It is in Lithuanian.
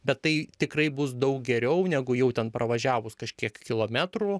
bet tai tikrai bus daug geriau negu jau ten pravažiavus kažkiek kilometrų